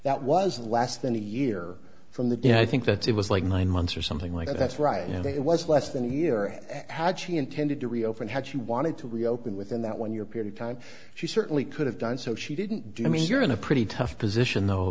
that was less than a year from the day i think that it was like nine months or something like that that's right and it was less than a year and had she intended to reopen had she wanted to reopen within that one your period time she certainly could have done so she didn't do i mean you're in a pretty tough position though